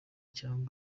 cyane